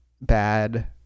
Bad